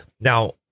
now